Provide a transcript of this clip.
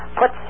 put